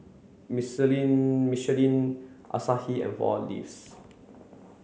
Michelin Asahi and Four Leaves